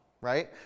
right